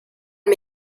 une